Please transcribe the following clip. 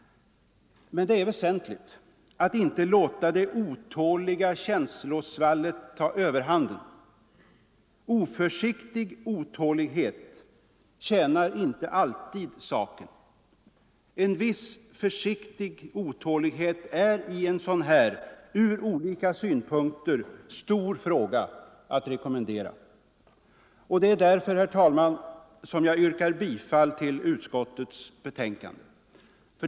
Men det är väsentligt att inte låta det otåliga känslosvallet ta överhanden. Oförsiktig otålighet tjänar inte alltid saken. En viss försiktig otålighet är i en sådan här, ur olika synpunkter, stor fråga att rekommendera. Det är därför, herr talman, som jag yrkar bifall till utskottets betänkande.